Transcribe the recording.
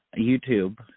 youtube